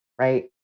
right